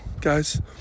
guys